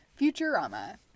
Futurama